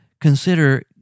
consider